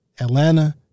Atlanta